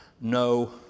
no